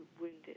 wounded